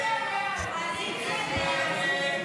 הסתייגות 13 לא נתקבלה.